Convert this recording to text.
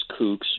kooks